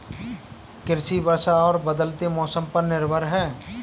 कृषि वर्षा और बदलते मौसम पर निर्भर है